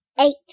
Eight